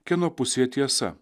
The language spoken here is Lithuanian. kieno pusėje tiesa